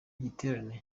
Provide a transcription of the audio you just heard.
giterane